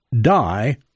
die